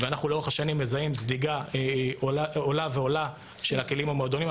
ואנחנו לאורך השנים מזהים זליגה עולה ועולה של הכלים מהמועדונים.